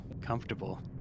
comfortable